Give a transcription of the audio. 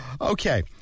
Okay